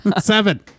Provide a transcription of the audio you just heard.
Seven